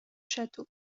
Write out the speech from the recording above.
château